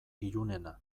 ilunena